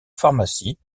pharmacie